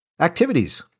activities